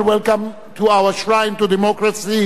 Welcome to our shrine of democracy,